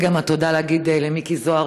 וזו גם ההזדמנות להגיד תודה לחבר הכנסת מיקי זוהר,